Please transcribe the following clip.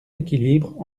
équilibre